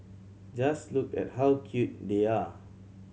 just look at how cute they are